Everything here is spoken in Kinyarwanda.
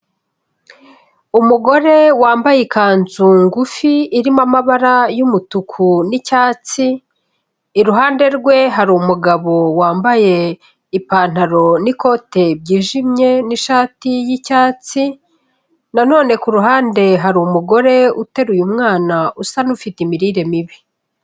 Umugore wambaye ikanzu ngufi irimo amabara y'umutuku n'icyatsi, iruhande rwe hari umugabo wambaye ipantaro n'ikote byijimye n'ishati y'icyatsi na none ku ruhande hari umugore uteruye umwana usa n'ufite imirire mibi.